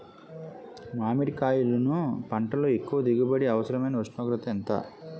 మామిడికాయలును పంటలో ఎక్కువ దిగుబడికి అవసరమైన ఉష్ణోగ్రత ఎంత?